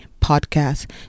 podcast